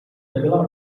nebyla